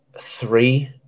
three